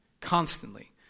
constantly